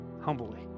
humbly